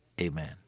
Amen